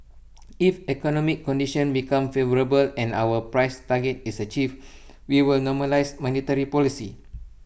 if economic conditions become favourable and our price target is achieved we will normalise monetary policy